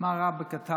מה רע בקטארים?